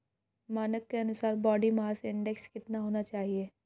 मानक के अनुसार बॉडी मास इंडेक्स कितना होना चाहिए?